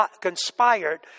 conspired